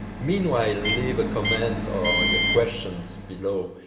meanwhile leave a comment or your questions below,